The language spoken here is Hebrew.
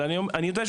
אני יודע,